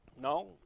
No